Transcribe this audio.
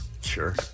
Sure